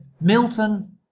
Milton